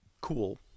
cool